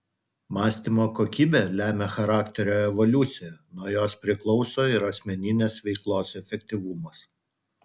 mąstymo kokybė lemia charakterio evoliuciją nuo jos priklauso ir asmeninės veiklos efektyvumas